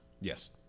Yes